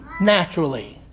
naturally